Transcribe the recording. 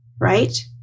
right